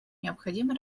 необходимо